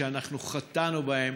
שאנחנו חטאנו בהם.